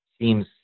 seems